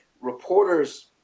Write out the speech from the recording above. Reporters